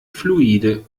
fluide